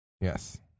yes